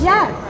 Yes